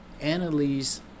Annalise